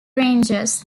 ranges